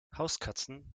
hauskatzen